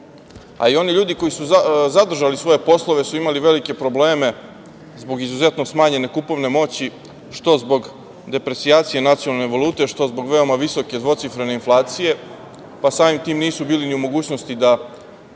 a i oni ljudi koji su zadržali svoje poslove su imali velike probleme zbog izuzetno smanjene kupovne moći, što zbog depresijacije nacionalne valute, što zbog veoma visoke dvocifrene inflacije, pa samim tim nisu bili ni u mogućnosti da